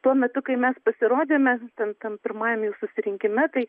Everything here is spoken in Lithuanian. tuo metu kai mes pasirodėme tam tam pirmajam jų susirinkime tai